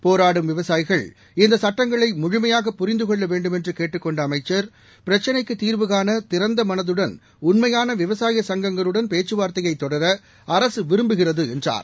போராடும் விவசாயிகள் இந்த சட்டங்களை முழுமையாக புரிந்து கொள்ள வேண்டுமென்று கேட்டுக் கொண்ட அமைச்சர் பிரச்சினைக்கு தீர்வுகான திறந்த மனதுடன் உண்மையான விவசாய சங்கங்களுடன் பேச்சுவார்த்தையை தொடர அரசு விரும்புகிறது என்றார்